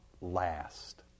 last